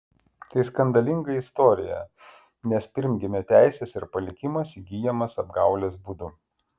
tai skandalinga istorija nes pirmgimio teisės ir palikimas įgyjamas apgaulės būdu